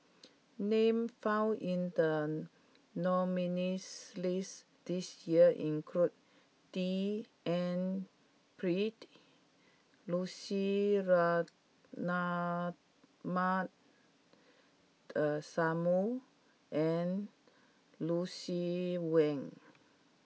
names found in the nominees' list this year include D N Pritt Lucy Ratnammah the Samuel and Lucien Wang